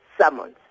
summons